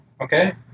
okay